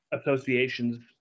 associations